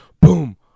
boom